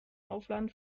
aufladen